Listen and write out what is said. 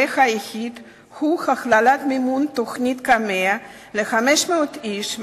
היחיד הוא הכללת מימון תוכנית קמ"ע ל-500 איש,